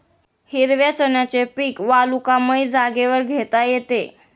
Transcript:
हिरव्या चण्याचे पीक वालुकामय जागेवर घेता येते